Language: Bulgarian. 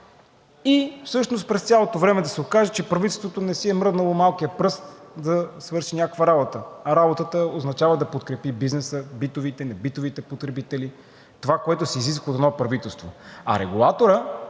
и всъщност през цялото време да се окаже, че правителството не си е мръднало малкия пръст да свърши някаква работа. Работата означава да подкрепи бизнеса, битовите, небитовите потребители – това, което се изисква от едно правителство, а регулаторът,